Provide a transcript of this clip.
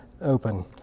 open